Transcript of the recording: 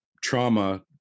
trauma